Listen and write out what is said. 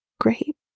Great